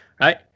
Right